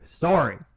sorry